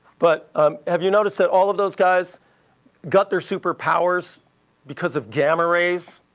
but have you noticed that all of those guys got their superpowers because of gamma rays?